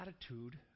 attitude